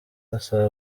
asaba